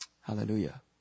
Hallelujah